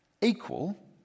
equal